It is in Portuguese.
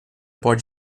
pode